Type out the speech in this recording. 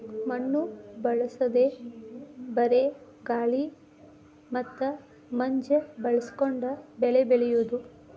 ಮಣ್ಣು ಬಳಸದೇ ಬರೇ ಗಾಳಿ ಮತ್ತ ಮಂಜ ಬಳಸಕೊಂಡ ಬೆಳಿ ಬೆಳಿಯುದು